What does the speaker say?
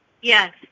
Yes